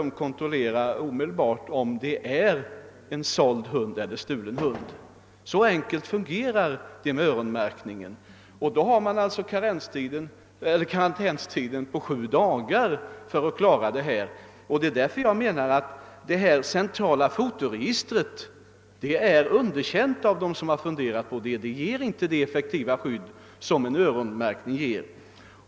Då kan de omedelbart kontrollera om hunden är såld eller stulen. Så enkelt fungerar öronmärkningen. Man har en 'karantäntid äv sju dagar för ätt klara denna kontroll. är däremot underkänt av dem som har funderat på det. Det ger inte samma effektiva skydd som en öronmärkning.